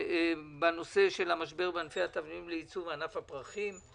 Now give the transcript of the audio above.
בנושא המשבר בענפי התבלינים לייצוא ובענף הפרחים.